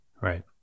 Right